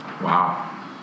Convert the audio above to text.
Wow